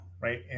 right